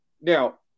Now